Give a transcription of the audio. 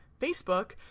Facebook